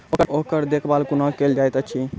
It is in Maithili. ओकर देखभाल कुना केल जायत अछि?